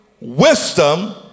wisdom